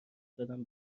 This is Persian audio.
زدم